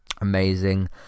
amazing